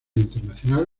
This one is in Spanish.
internacional